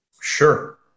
Sure